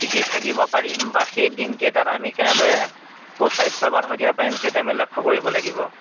টিকি থাকিব পাৰিম বা সেই দিনকেইটাত আমি কেনেদৰে সুস্বাস্থ্যৱান হৈ থাকিব পাৰিম সেইটো আমি লক্ষ্য কৰিব লাগিব